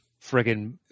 friggin